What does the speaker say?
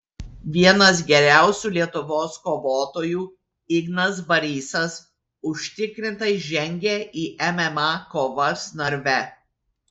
vienas geriausių lietuvos kovotojų ignas barysas užtikrintai žengė į mma kovas narve